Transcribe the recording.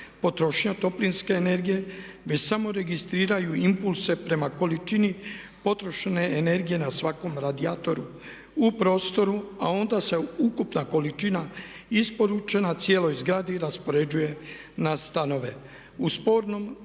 potrošnja toplinske energije, već samo registriraju impulse prema količini potrošene energije na svakom radiju u prostoru a onda se ukupna količina isporučena na cijeloj zgradi raspoređuje na stanove. U spornom